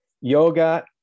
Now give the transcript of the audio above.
Yoga